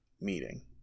meeting